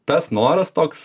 tas noras toks